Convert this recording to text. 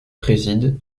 préside